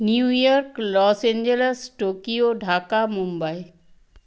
New York Los Angeles Tokyo Dhaka Mumbai